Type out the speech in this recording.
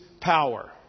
power